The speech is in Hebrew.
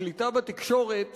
השליטה בתקשורת